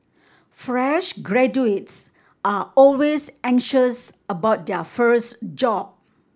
fresh graduates are always anxious about their first job